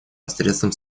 посредством